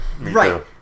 right